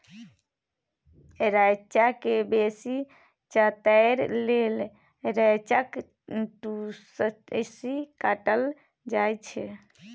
रैंचा केँ बेसी चतरै लेल रैंचाक टुस्सी काटल जाइ छै